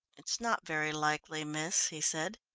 it's not very likely, miss, he said.